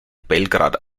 belgrad